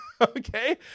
Okay